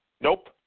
Nope